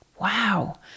wow